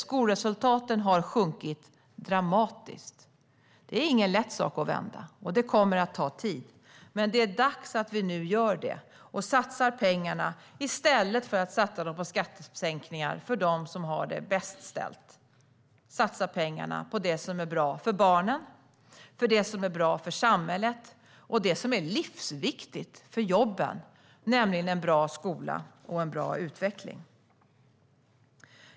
Skolresultaten har sjunkit dramatiskt. Det är ingen lätt sak att vända, och det kommer att ta tid. Men det är dags att vi gör det nu. I stället för att satsa pengarna på skattesänkningar för dem som har det bäst ställt ska vi satsa på det som är bra för barnen och för samhället och på det som är livsviktigt för jobben, nämligen en bra skola och en bra utveckling.